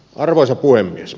arvoisa puhemies